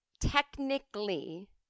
Technically